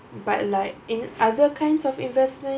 but like in other kinds of investment